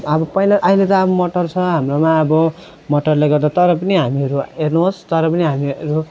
अब पहिला अहिले त अब मोटर छ हाम्रोमा अब मोटरले गर्दा तर पनि हामीहरू हेर्नु होस् तर पनि हामीहरू